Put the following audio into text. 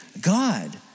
God